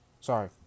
sorry